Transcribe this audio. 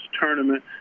tournament